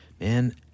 man